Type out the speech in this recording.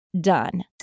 done